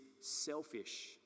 selfish